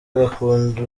ugakunda